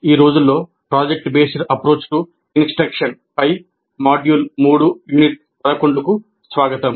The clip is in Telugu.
ఈ రోజుల్లో project based approach to instruction పై మాడ్యూల్ 3 యూనిట్ 11 కు స్వాగతం